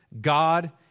God